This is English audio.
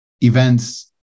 events